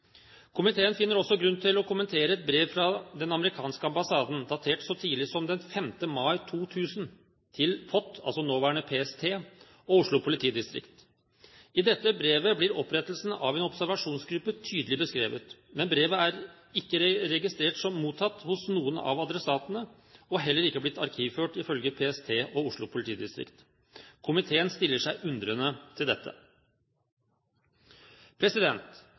Komiteen finner også grunn til å kommentere et brev fra den amerikanske ambassaden, datert så tidlig som den 5. mai 2000, til POT – nåværende PST – og Oslo politidistrikt. I dette brevet blir opprettelsen av en observasjonsgruppe tydelig beskrevet. Men brevet er ikke registrert som mottatt hos noen av adressatene og heller ikke blitt arkivført, ifølge PST og Oslo politidistrikt. Komiteen stiller seg undrende til